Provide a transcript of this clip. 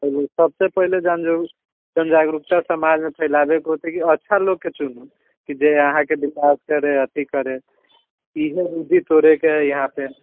सबसे पहले जान जाउ जनजागरुकता समाजमे फैलाबे के होते कि अच्छा लोक के चुनू जे अहाँके विकास करै अथि करै इहे रूढ़ि तोड़यके है यहाँ पर